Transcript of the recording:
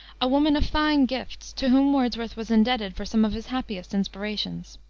a woman of fine gifts, to whom wordsworth was indebted for some of his happiest inspirations.